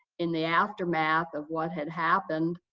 in the aftermath of what had happened,